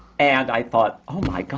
and i thought, oh, my